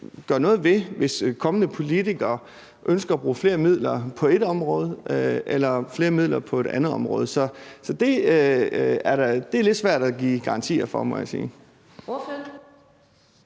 gøre noget ved, hvis kommende politikere ønsker at bruge flere midler på ét område eller flere midler på et andet område. Så det er lidt svært at give garantier for, må jeg sige.